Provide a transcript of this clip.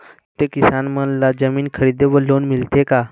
छोटे किसान मन ला जमीन खरीदे बर लोन मिलथे का?